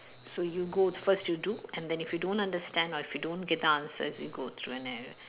so you go first you do and then if you don't understand or if you don't get the answers you go through an an